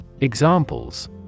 Examples